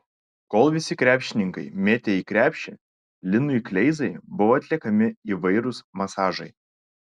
kol visi krepšininkai mėtė į krepšį linui kleizai buvo atliekami įvairūs masažai